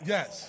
Yes